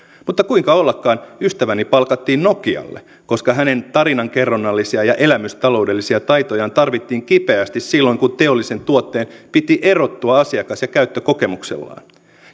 mutta kuinka ollakaan ystäväni palkattiin nokialle koska hänen tarinankerronnallisia ja elämystaloudellisia taitojaan tarvittiin kipeästi silloin kun teollisen tuotteen piti erottua asiakas ja käyttökokemuksellaan